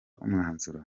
umwanzuro